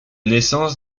naissance